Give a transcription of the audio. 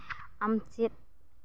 ᱟᱢ ᱪᱮᱫ